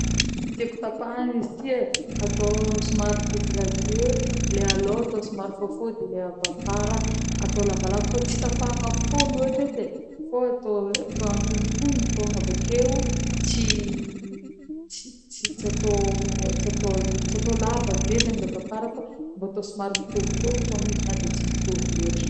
Tieko tapahany izy ty e.Atô somary dégradé, le alôha atô somary fohifohy de le avy afara atô lavalava fa tsy tapahana fohy loatra edy e, fa atô atô antognontognony fogna avy ake tsy tsy tsy atô tsy atô lava be zegny le avy afara fa mbô atô somary mitovitovy fogna izy na de tsy mitovy loatra.